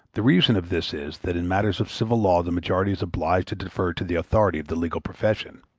the reason of this is, that in matters of civil law the majority is obliged to defer to the authority of the legal profession,